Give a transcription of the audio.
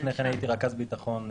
לפני זה הייתי רכז ביטחון,